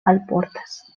alportas